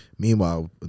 Meanwhile